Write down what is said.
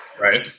Right